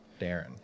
Darren